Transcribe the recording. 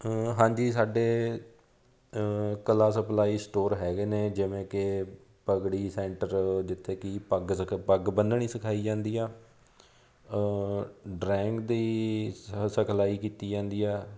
ਹਾਂਜੀ ਸਾਡੇ ਕਲਾ ਸਪਲਾਈ ਸਟੋਰ ਹੈਗੇ ਨੇ ਜਿਵੇਂ ਕਿ ਪਗੜੀ ਸੈਂਟਰ ਜਿੱਥੇ ਕਿਪੱਗ ਸਕ ਪੱਗ ਬੰਨਣੀ ਸਿਖਾਈ ਜਾਂਦੀ ਆ ਡਰਾਇੰਗ ਦੀ ਸਿਖਲਾਈ ਕੀਤੀ ਜਾਂਦੀ ਆ